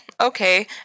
Okay